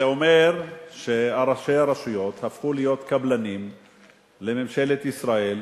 זה אומר שראשי הרשויות הפכו להיות קבלנים של ממשלת ישראל,